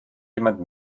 jemand